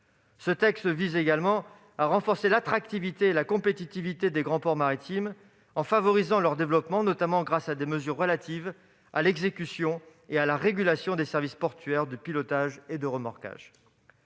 Ce texte vise également à renforcer l'attractivité et la compétitivité des grands ports maritimes, en favorisant leur développement, notamment grâce à des mesures relatives à l'exécution et à la régulation des services portuaires de pilotage et de remorquage.